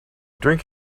drink